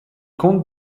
compte